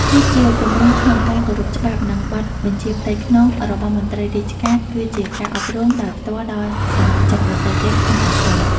ភាពជាគំរូក្នុងការគោរពច្បាប់ និងបទបញ្ជាផ្ទៃក្នុងរបស់មន្ត្រីរាជការ គឺជាការអប់រំដោយផ្ទាល់ដល់សមាជិកដទៃទៀតក្នុងសង្គម។